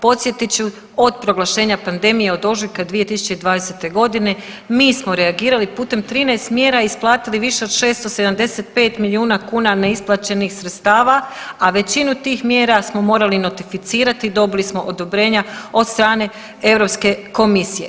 Podsjetit ću od proglašenja pandemije od ožujka 2020.g. mi smo reagirali putem 13 mjera i isplatili više od 675 milijuna kuna neisplaćenih sredstava, a većinu tih mjera smo morali notificirati i dobili smo odobrenja od strane Europske komisije.